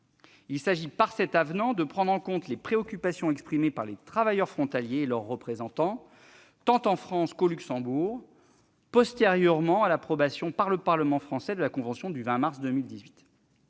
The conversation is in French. il s'agit de prendre en compte les préoccupations exprimées par les travailleurs frontaliers et leurs représentants, tant en France qu'au Luxembourg, postérieurement à l'approbation par le Parlement français de la convention du 20 mars 2018.